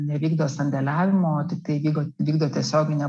nevykdo sandėliavimo tik tai vygo vykdo tiesioginę